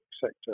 sector